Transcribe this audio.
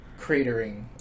Cratering